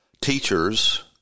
teachers